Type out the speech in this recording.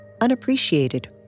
unappreciated